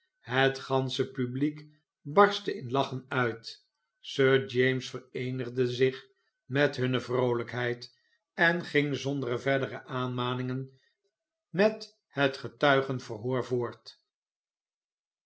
het gansche publiek barstte in lachen uit sir james vereenigde zich met hunne vroolijkheid en ging zonder verdere aanmerkingen met het getuigenverhoor voort